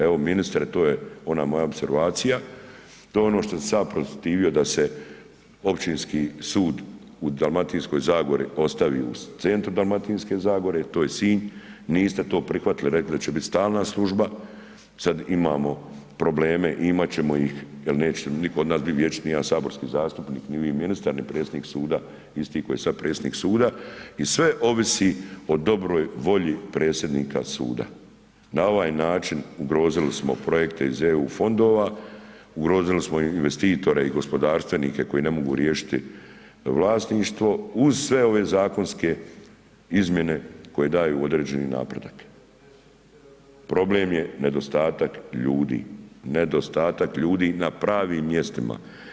Evo ministre, to je ona moja opservacija, to je ono što sam se ja protivio da se općinski sud u Dalmatinskoj zagori ostavi u centru Dalmatinske zagore, to je Sinj, niste to prihvatili, rekli ste da će biti stalna služba, sad imamo probleme i imat ćemo ih jer neće biti vječni saborski zastupnik, ni vi ministar ni predsjednik suda isti koji je sad predsjednik suda i sve ovisi o dobro volji predsjednika suda, na ovaj način ugrozili smo projekte iz Eu fondova, ugrozili smo investitore i gospodarstvenike koji ne mogu riješiti vlasništvo uz sve ove zakonske izmjene koje daju određeni napredak, problem je nedostatak ljudi, nedostatak ljudi na pravim mjestima.